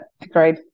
agreed